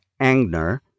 Angner